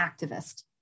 activist